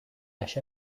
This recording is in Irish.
leis